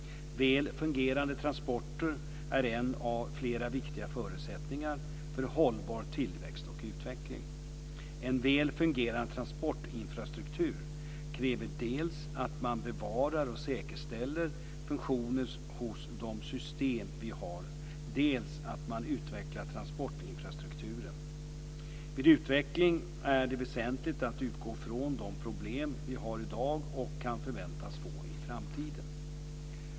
Väl fungerande transporter är en av flera viktiga förutsättningar för hållbar tillväxt och utveckling. En väl fungerande transportinfrastruktur kräver dels att man bevarar och säkerställer funktionen hos de system vi har, dels att man utvecklar transportinfrastrukturen. Vid utveckling är det väsentligt att utgå från de problem vi har i dag och kan förväntas få i framtiden.